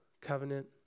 covenant